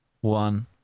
one